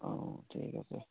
অঁ ঠিক আছে